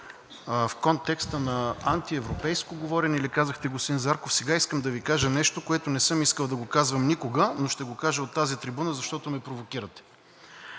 в контекста на антиевропейско говорене ли казахте, господин Зарков, сега искам да Ви кажа нещо, което не съм искал да го казвам никога, но ще го кажа от тази трибуна, защото ме провокирате.